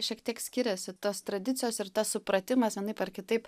šiek tiek skiriasi tos tradicijos ir tas supratimas vienaip ar kitaip